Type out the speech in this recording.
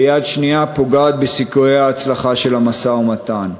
ביד שנייה פוגעת בסיכויי ההצלחה של המשא-ומתן.